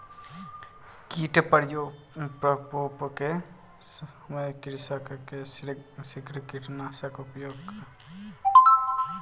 कीट प्रकोप के समय कृषक के शीघ्र कीटनाशकक उपयोग करबाक चाही